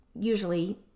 usually